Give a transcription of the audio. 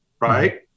Right